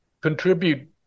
contribute